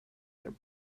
their